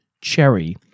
cherry